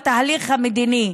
בתהליך המדיני.